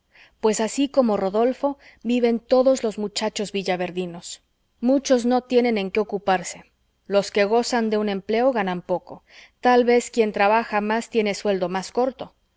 pues así como rodolfo viven todos los muchachos villaverdinos muchos no tiene en qué ocuparse los que gozan de un empleo ganan poco tal vez quien trabaja más tiene sueldo más corto